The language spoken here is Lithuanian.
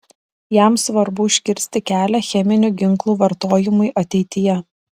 jam svarbu užkirsti kelią cheminių ginklų vartojimui ateityje